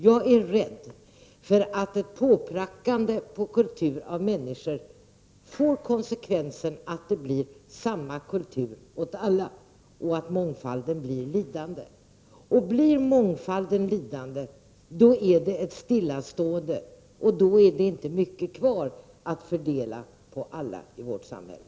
Jag är rädd för att påprackande av kultur på människor får konsekvensen att det blir samma kultur åt alla och att mångfalden blir lidande. Blir mång falden lidande, då är det ett stillastående och inte mycket kvar att fördela på alla i vårt samhälle.